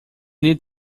need